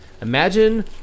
Imagine